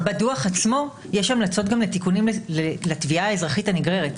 -- שבדוח עצמו יש גם המלצות לתיקונים לתביעה האזרחית הנגררת.